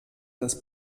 des